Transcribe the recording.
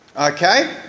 okay